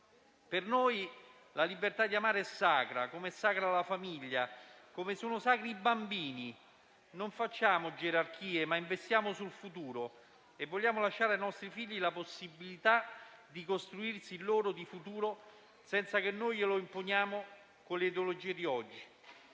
Per noi la libertà di amare è sacra, come è sacra la famiglia, come sono sacri i bambini. Non facciamo gerarchie, ma investiamo sul futuro e vogliamo lasciare ai nostri figli la possibilità di costruirsi il proprio futuro senza che noi glielo imponiamo con le ideologie di oggi.